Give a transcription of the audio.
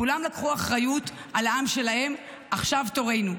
כולם לקחו אחריות על העם שלהם, עכשיו תורנו.